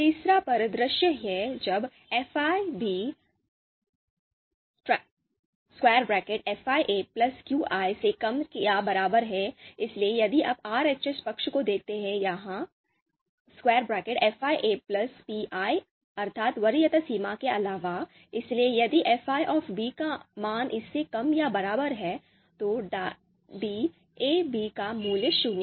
तीसरा परिदृश्य है जब fi fi qi से कम या बराबर है इसलिए यदि आप RHS पक्ष को देखते हैं तो यह fi plus pi अर्थात वरीयता सीमा के अलावा इसलिए यदि fi का मान इससे कम या बराबर है तो डायab का मूल्य शून्य है